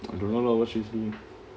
I don't know lah what she's doing